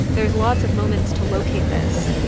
there's lots of moments to locate this,